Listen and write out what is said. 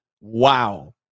Wow